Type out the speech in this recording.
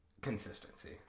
consistency